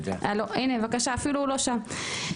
הינה, בבקשה, אפילו הוא לא שם.